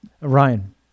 Ryan